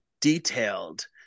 detailed